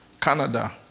Canada